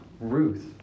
Ruth